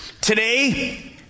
Today